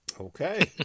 Okay